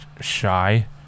shy